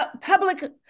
public